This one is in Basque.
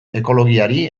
ekologiari